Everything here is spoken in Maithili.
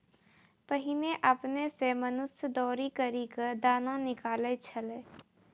पहिने आपने सें मनुष्य दौरी करि क दाना निकालै छलै